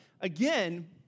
again